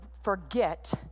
forget